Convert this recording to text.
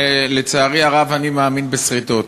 לצערי הרב אני מאמין בסריטות.